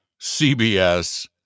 CBS